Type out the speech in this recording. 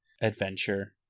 adventure